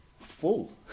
full